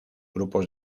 grupos